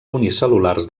unicel·lulars